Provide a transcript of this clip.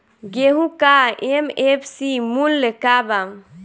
गेहू का एम.एफ.सी मूल्य का बा?